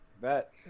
Bet